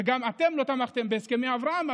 גם אתם לא תמכתם בהסכמי אברהם,